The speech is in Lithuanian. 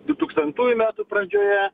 du tūkstantųjų metų pradžioje